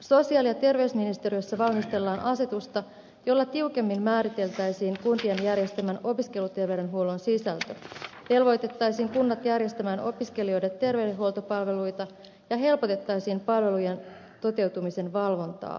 sosiaali ja terveysministeriössä valmistellaan asetusta jolla tiukemmin määriteltäisiin kuntien järjestämän opiskeluterveydenhuollon sisältö velvoitettaisiin kunnat järjestämään opiskelijoille terveydenhuoltopalveluita ja helpotettaisiin palvelujen toteutumisen valvontaa